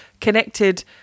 connected